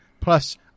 plus